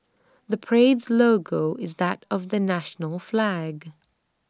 the parade's logo is that of the national flag